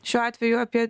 šiuo atveju apie